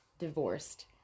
divorced